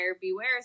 beware